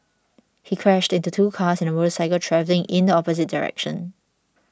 he crashed into two cars and a motorcycle travelling in the opposite direction